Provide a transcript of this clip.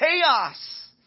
chaos